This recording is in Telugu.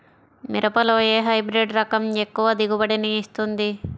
మిరపలో ఏ హైబ్రిడ్ రకం ఎక్కువ దిగుబడిని ఇస్తుంది?